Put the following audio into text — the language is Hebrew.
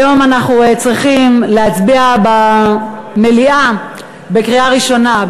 היום אנחנו צריכים להצביע במליאה בקריאה ראשונה,